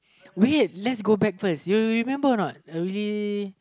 wait let's go back first you remember a not we